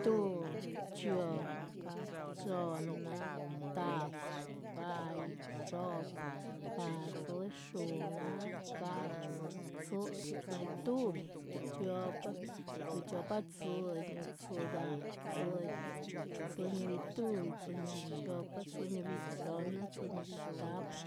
Tuhbi, chiopa, chohnna, tahpa, ga´yu, xo´pa, gahdzí, xuhnnaa, ga´, tzí, tzíbituhbi, tzíbichiopa, tzíbichiopatziñuh, tzídah, tzíñuh, tzíñuhbituhbi. tzíñuhbichiopa, tziñuhbichohnna, tziñuhbitahpa,